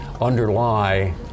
underlie